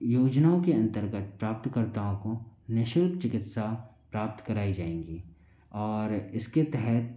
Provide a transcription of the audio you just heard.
योजनाओं के अंतर्गत प्राप्तकर्ताओं को निःशुल्क चिकित्सा प्राप्त कराई जाएंगी और इसके तहत